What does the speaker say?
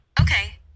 Okay